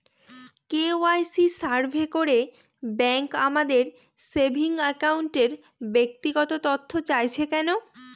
KYC survey করে bank আমাদের saving অ্যাকাউন্টের ব্যক্তিগত তথ্য চাইছে কেন?